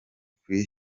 kuri